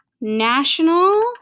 National